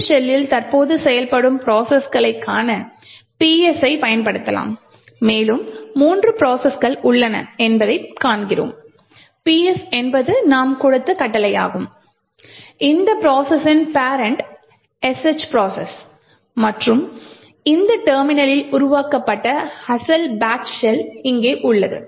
இந்த ஷெல்லில் தற்போது செயல்படும் ப்ரோசஸ்களைக் காண நாம் "ps" ஐப் பயன்படுத்தலாம் மேலும் மூன்று ப்ரோசஸ்கள் உள்ளன என்பதைக் காண்கிறோம் "ps" என்பது நாம் கொடுத்த கட்டளையாகும் இந்த ப்ரோசஸி ன் பெரண்ட் "sh" ப்ரோசஸ் மற்றும் இந்த டெர்மினலில் உருவாக்கப்பட்ட அசல் பேட்ச் ஷெல் இங்கே உள்ளது